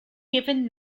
given